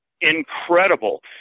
incredible